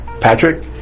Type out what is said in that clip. Patrick